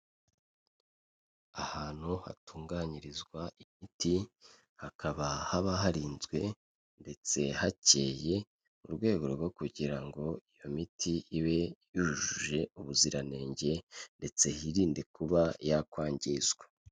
Ahantu hatunganyirizwa imiti hakaba haba harinzwe ndetse hakeye mu rwego rwo kugira ngo iyo miti ibe yujuje ubuziranenge ndetse hirinde kuba yakwangizwa.